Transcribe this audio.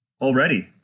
Already